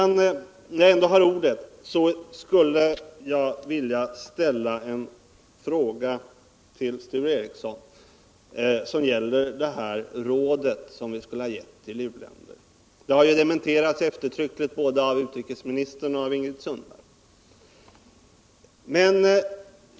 När jag ändå har ordet skulle jag vilja ställa en fråga till Sture Ericson, som gäller det råd som vi skulle ha gett till u-länder. Det har dementerats eftertryckligt både av utrikesministern och av Ingrid Sundberg.